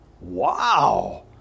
Wow